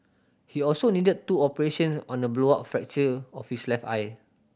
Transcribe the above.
he also needed two operations on a blowout fracture of his left eye